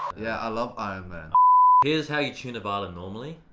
yeah, i love iron man. here's how you tune a violin normally.